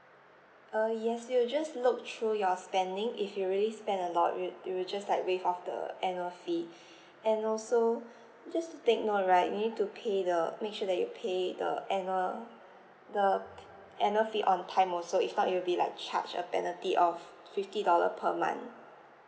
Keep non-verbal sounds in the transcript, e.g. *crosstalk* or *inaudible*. uh yes we will just look through your spending if you really spend a lot we'll we'll just like waive off the annual fee *breath* and also just to take note right you need to pay the make sure that you pay the annual the annual fee on time also if not you'll be like charged a penalty of fifty dollar per month